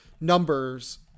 numbers